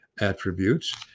Attributes